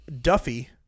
Duffy